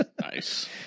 Nice